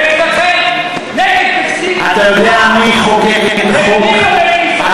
ואצלכם "נגב טקסטיל" נסגר ו"פרי הגליל" ייסגר.